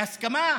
בהסכמה?